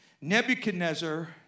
Nebuchadnezzar